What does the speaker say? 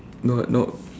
no no